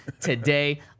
today